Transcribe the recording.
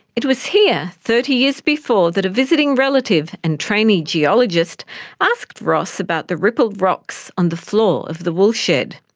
it was here, thirty years before, that a visiting relative and trainee geologist asked ross about the rippled rocks on the floor of the wool shed.